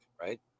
right